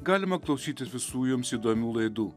galima klausytis visų jums įdomių laidų